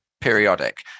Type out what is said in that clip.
periodic